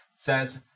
says